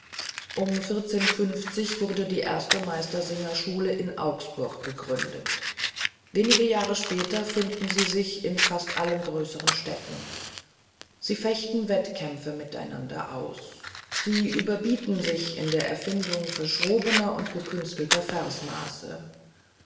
um wurde die erste meistersingerschule in augsburg gegründet wenige jahre später finden sie sich in fast allen größeren städten sie fechten wettkämpfe miteinander aus sie überbieten sich in der erfindung verschrobener und gekünstelter